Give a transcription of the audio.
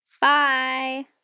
Bye